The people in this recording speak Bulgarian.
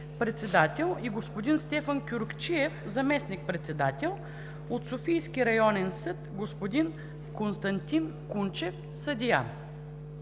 и господин Стефан Кюркчиев – заместник-председател; от Софийския районен съд: господин Константин Кунчев – съдия.